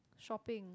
shopping